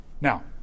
Now